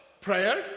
prayer